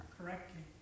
correctly